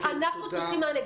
אנחנו צריכים מענה.